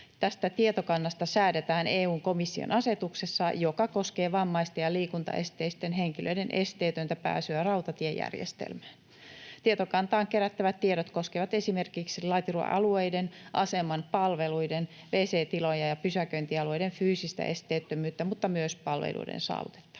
tietokannasta säädetään EU:n komission asetuksessa, joka koskee vammaisten ja liikuntaesteisten henkilöiden esteetöntä pääsyä rautatiejärjestelmään. Tietokantaan kerättävät tiedot koskevat esimerkiksi laiturialueiden, aseman palveluiden, wc-tilojen ja pysäköintialueiden fyysistä esteettömyyttä, mutta myös palveluiden saavutettavuutta.